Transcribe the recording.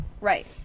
Right